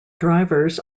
drivers